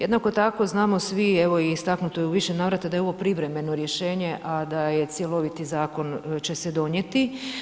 Jednako tako znamo svi, evo i istaknuto je u više navrata da je ovo privremeno rješenje, a da je cjeloviti zakon će se donijeti.